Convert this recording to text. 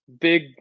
big